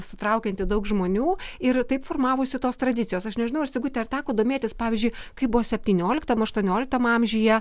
sutraukianti daug žmonių ir taip formavosi tos tradicijos aš nežinau ar sigutė ar teko domėtis pavyzdžiui kaip buvo septynioliktam aštuonioliktam amžiuje